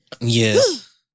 Yes